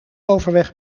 overweg